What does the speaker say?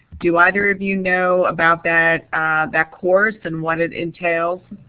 do either of you know about that that course and what it entails?